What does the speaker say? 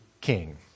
King